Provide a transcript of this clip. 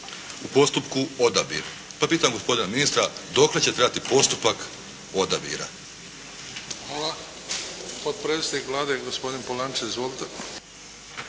u postupku odabir. Pa pitam gospodina ministra dokle će trajati postupak odabira? **Bebić, Luka (HDZ)** Hvala. Potpredsjednik Vlade, gospodin Polančec, izvolite.